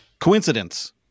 coincidence